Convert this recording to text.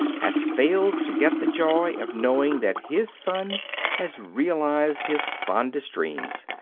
has failed to get the joy of knowing that his son has realized his fondest dreams.